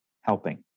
helping